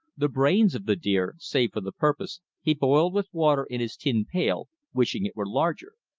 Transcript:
the brains of the deer, saved for the purpose, he boiled with water in his tin pail, wishing it were larger.